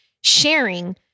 sharing